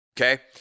okay